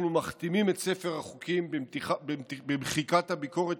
אנחנו מכתימים את ספר החוקים במחיקת הביקורת